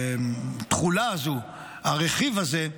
התחולה הזו, הרכיב הזה,